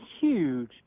huge